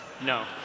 No